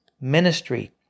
ministry